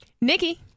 Nikki